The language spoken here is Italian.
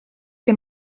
che